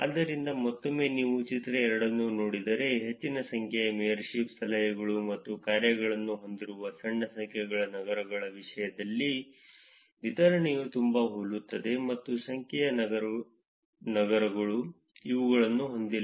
ಆದ್ದರಿಂದ ಮತ್ತೊಮ್ಮೆ ನೀವು ಚಿತ್ರ 2 ಅನ್ನು ನೋಡಿದರೆ ಹೆಚ್ಚಿನ ಸಂಖ್ಯೆಯ ಮೇಯರ್ಶಿಪ್ ಸಲಹೆಗಳು ಮತ್ತು ಕಾರ್ಯಗಳನ್ನು ಹೊಂದಿರುವ ಸಣ್ಣ ಸಂಖ್ಯೆಯ ನಗರಗಳ ವಿಷಯದಲ್ಲಿ ವಿತರಣೆಯು ತುಂಬಾ ಹೋಲುತ್ತದೆ ಮತ್ತು ಹೆಚ್ಚಿನ ಸಂಖ್ಯೆಯ ನಗರಗಳು ಇವುಗಳನ್ನು ಹೊಂದಿಲ್ಲ